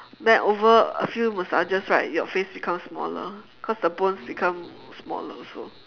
then over a few massages right your face becomes smaller cause the bones become smaller also